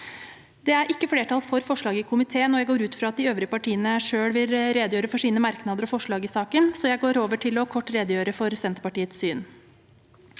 Det er ikke flertall for forslaget i komiteen. Jeg går ut fra at de øvrige partiene selv vil redegjøre for sine merknader og forslag i saken, så jeg går over til kort å redegjøre for Senterpartiets syn.